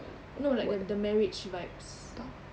no like the the marriage vibes